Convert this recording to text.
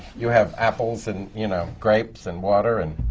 you have apples and you know grapes and water and